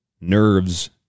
nerves